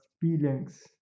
feelings